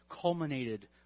culminated